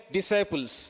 disciples